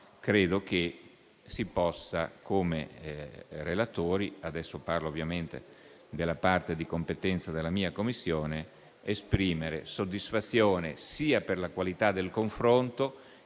credo che come relatori, parlando ovviamente della parte di competenza della mia Commissione, si possa esprimere soddisfazione, sia per la qualità del confronto,